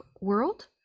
world